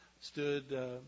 stood